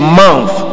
month